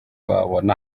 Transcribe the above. wabona